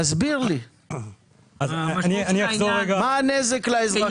תסביר לי, מה הנזק לאזרחים?